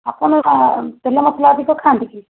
ଆପଣ କ'ଣ ତେଲମସଲା ଅଧିକ ଖାଆନ୍ତି କି